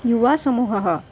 युवसमूहः